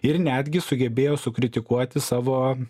ir netgi sugebėjo sukritikuoti savo